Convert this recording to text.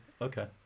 Okay